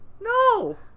No